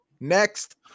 Next